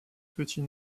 petit